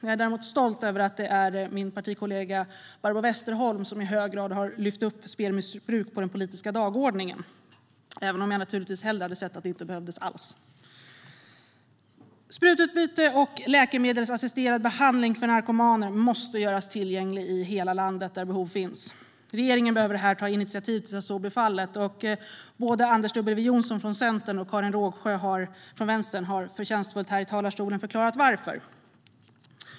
Jag är däremot stolt över att det är min partikollega Barbro Westerholm som i hög grad har lyft upp spelmissbruket på den politiska dagordningen, även om jag naturligtvis hellre hade sett att det inte behövdes alls. Sprutbyte och läkemedelsassisterad behandling för narkomaner måste göras tillgängligt i hela landet där behov finns. Regeringen behöver ta initiativ till att så blir fallet. Både Anders W Jonsson från Centern och Karin Rågsjö från Vänstern har förtjänstfullt här i talarstolen förklarat varför.